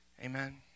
Amen